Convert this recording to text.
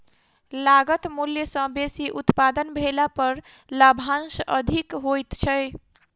लागत मूल्य सॅ बेसी उत्पादन भेला पर लाभांश अधिक होइत छै